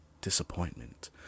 disappointment